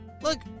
Look